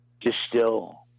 distill